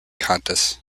qantas